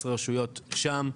19 רשויות שם,